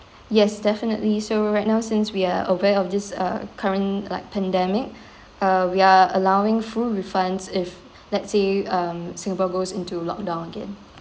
yes definitely so right now since we are aware of this uh current like pandemic err we are allowing full refunds if let's say um singapore goes into lockdown again